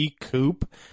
coupe